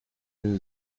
nhw